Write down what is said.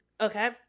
Okay